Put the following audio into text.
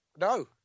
No